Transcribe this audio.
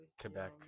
Quebec